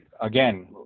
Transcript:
again